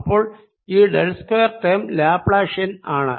അപ്പോൾ ഈ del square term Laplacian ആണ്